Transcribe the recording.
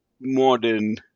modern